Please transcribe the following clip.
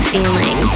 feeling